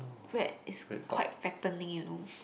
bread is quite fattening you know